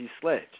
Sledge